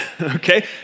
Okay